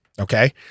Okay